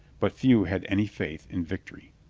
but few had any faith in victory.